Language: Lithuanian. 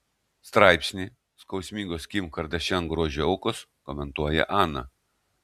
straipsnį skausmingos kim kardashian grožio aukos komentuoja ana